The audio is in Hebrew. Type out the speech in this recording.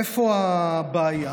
איפה הבעיה?